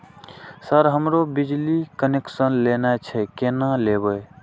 Sir हमरो बिजली connection लेना छे केना लेबे?